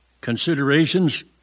considerations